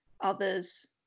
others